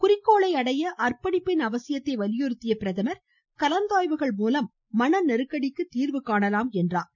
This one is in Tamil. குறிக்கோளை அடைய அர்ப்பணிப்பின் அவசியத்தை வலியுறுத்திய பிரதமர் கலந்தாய்வுகள் மூலம் மன நெருக்கடிக்கு தீர்வு காணலாம் என்றார்